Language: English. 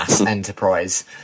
enterprise